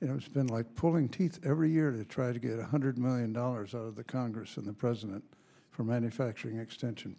and it's been like pulling teeth every year to try to get one hundred million dollars of the congress and the president for manufacturing extension